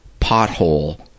pothole